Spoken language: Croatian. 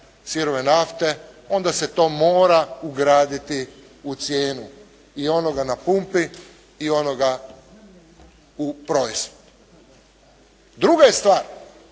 sirove nafte, onda se to mora ugraditi u cijenu. I onoga na pumpi i onoga u …/Govornik se ne